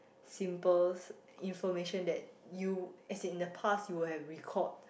symbols information that you as in in the past you would have recalled